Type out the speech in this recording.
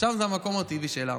שם זה המקום הטבעי שלנו.